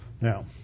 now